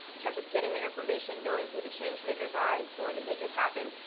in terms of getting the information, knowing who the changemakers are, and going to make it happen.